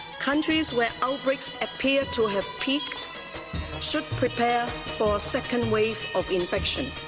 countries where outbreaks appear to have peaked should prepare for a second wave of infection.